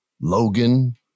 Logan